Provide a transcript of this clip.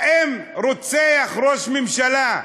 האם רוצח ראש ממשלה,